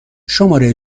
شماره